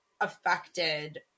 affected